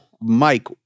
Mike